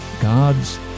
god's